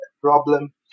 problem